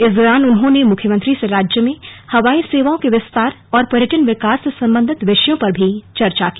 इस दौरान उन्होंने मुख्यमंत्री से राज्य में हवाई सेवाओं के विस्तार और पर्यटन विकास से सम्बन्धित विषयों पर भी चर्चा की